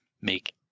make